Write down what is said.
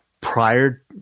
prior